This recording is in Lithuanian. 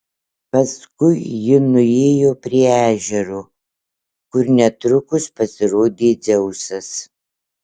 paskui ji nuėjo prie ežero kur netrukus pasirodė dzeusas